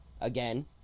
again